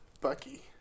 Bucky